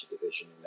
division